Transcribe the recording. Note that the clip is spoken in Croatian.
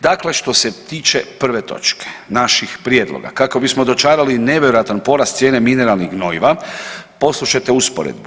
Dakle, što se tiče prve točke naših prijedloga kako bismo dočarali nevjerojatan porast cijene mineralnih gnojiva poslušajte usporedbu.